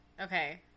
Okay